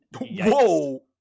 Whoa